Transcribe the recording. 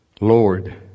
Lord